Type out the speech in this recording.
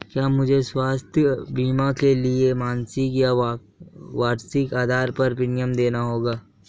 क्या मुझे स्वास्थ्य बीमा के लिए मासिक या वार्षिक आधार पर प्रीमियम देना होगा?